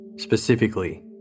Specifically